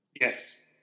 Yes